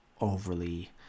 overly